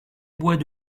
bois